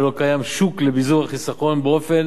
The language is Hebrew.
ולא קיים שוק לביזור הסיכון באופן